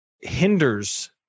hinders